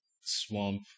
swamp